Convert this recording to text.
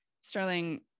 Sterling